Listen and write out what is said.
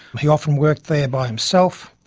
he often worked there by himself,